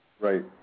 Right